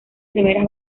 primeras